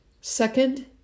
Second